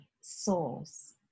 souls